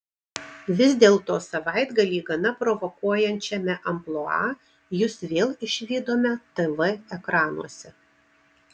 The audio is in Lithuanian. vis dėlto savaitgalį gana provokuojančiame amplua jus vėl išvydome tv ekranuose